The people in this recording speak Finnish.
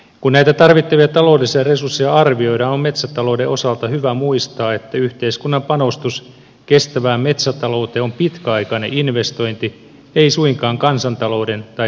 kun tarvittavia taloudellisia resursseja arvioidaan on metsätalouden osalta hyvä muistaa että yhteiskunnan panostus kestävään metsätalouteen on pitkäaikainen investointi ei suinkaan kansantalouden tai budjetin kulu